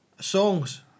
Songs